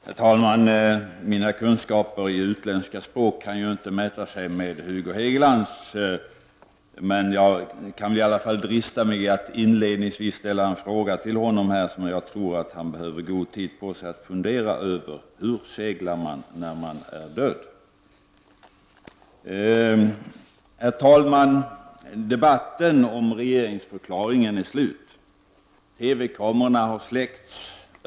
Herr talman! Mina kunskaper i främmande språk kan ju inte mäta sig med Hugo Hegelands, men jag kan åtminstone drista mig till att inledningsvis ställa en fråga till Hugo Hegeland som jag tror att han behöver god tid på sig att fundera över: Hur seglar man när man är död? Herr talman! Debatten om regeringsförklaringen är slut. TV-kamerorna har släckts.